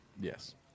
Yes